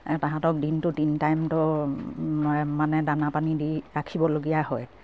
তাহাঁতক দিনটো তিন টাইমতো মানে দানা পানী দি ৰাখিবলগীয়া হয়